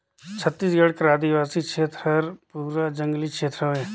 छत्तीसगढ़ कर आदिवासी छेत्र हर पूरा जंगली छेत्र हवे